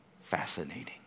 fascinating